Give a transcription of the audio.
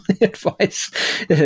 advice